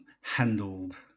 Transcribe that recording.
handled